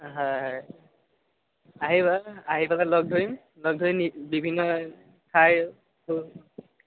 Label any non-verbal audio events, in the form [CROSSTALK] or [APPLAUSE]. হয় হয় আহিবা আহি পেলাই লগ ধৰিম লগ ধৰি নি বিভিন্ন ঠাই [UNINTELLIGIBLE]